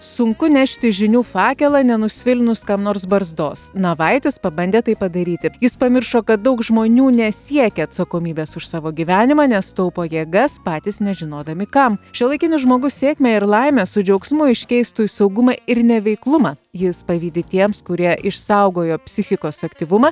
sunku nešti žinių fakelą nenusvilinus kam nors barzdos navaitis pabandė tai padaryti jis pamiršo kad daug žmonių nesiekia atsakomybės už savo gyvenimą nes taupo jėgas patys nežinodami kam šiuolaikinis žmogus sėkmę ir laimę su džiaugsmu iškeistų į saugumą ir neveiklumą jis pavydi tiems kurie išsaugojo psichikos aktyvumą